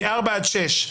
מארבע עד שש,